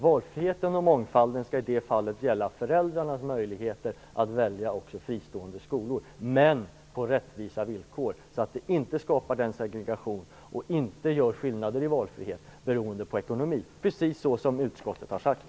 Valfriheten och mångfalden skall i det fallet gälla föräldrarnas möjligheter att välja också fristående skolor, men det skall ske på rättvisa villkor och det skall inte skapa segregation och det skall inte finnas skillnader i valfriheten som beror på ekonomi. Detta är precis vad utskottet har sagt.